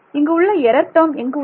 இங்கு உள்ள error term எங்கு உள்ளது